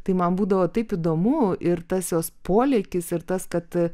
tai man būdavo taip įdomu ir tas jos polėkis ir tas kad